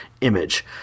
image